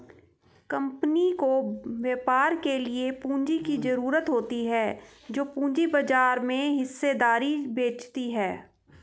company को व्यापार के लिए पूंजी की ज़रूरत होती है जो पूंजी बाजार में हिस्सेदारी बेचती है